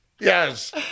Yes